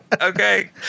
okay